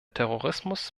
terrorismus